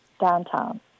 downtown